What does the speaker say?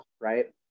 right